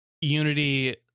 Unity